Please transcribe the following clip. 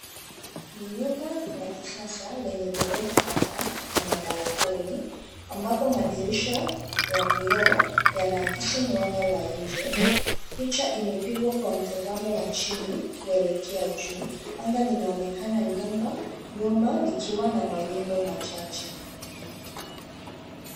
Ni nyumba la kisasa lenye ghorofa kadhaa na mabalkoni, ambapo madirisha ya vioo yanaakisi mwanga wa nje. Picha imepigwa kwa mtazamo wa chini kuelekea juu. Anga linaonekana nyuma likiwa na mawingu machache.